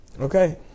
okay